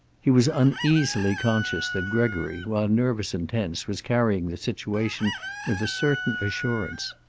he was uneasily conscious that gregory, while nervous and tense, was carrying the situation with a certain assurance.